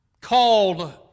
called